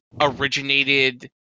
originated